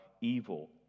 evil